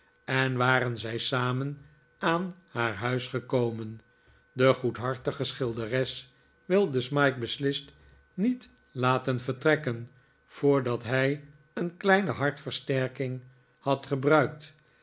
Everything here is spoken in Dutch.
en waren zij samen aan haar huis gekomen de goedhartige schilderes wilde smike beslist niet laten vertrekken voordat hij een kleine hartversterking had gebruikt